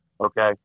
Okay